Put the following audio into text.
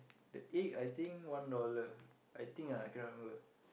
the egg I think one dollar I think ah I cannot remember